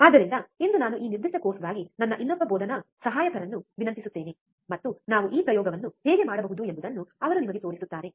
ಆದ್ದರಿಂದ ಇಂದು ನಾನು ಈ ನಿರ್ದಿಷ್ಟ ಕೋರ್ಸ್ಗಾಗಿ ನನ್ನ ಇನ್ನೊಬ್ಬ ಬೋಧನಾ ಸಹಾಯಕರನ್ನು ವಿನಂತಿಸುತ್ತೇನೆ ಮತ್ತು ನಾವು ಈ ಪ್ರಯೋಗವನ್ನು ಹೇಗೆ ಮಾಡಬಹುದು ಎಂಬುದನ್ನು ಅವರು ನಿಮಗೆ ತೋರಿಸುತ್ತಾರೆ